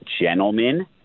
gentlemen